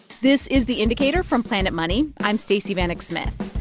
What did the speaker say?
this is the indicator from planet money. i'm stacey vanek smith.